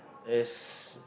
is